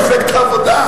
מפלגת העבודה.